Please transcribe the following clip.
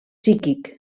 psíquic